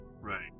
Right